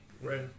Right